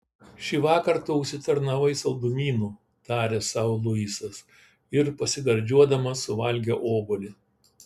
šįvakar tu užsitarnavai saldumynų tarė sau luisas ir pasigardžiuodamas suvalgė obuolį